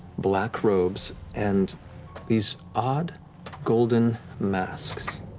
black robes and these odd golden masks.